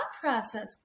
process